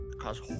cause